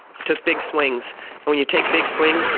he took big swings. and when you take big swings.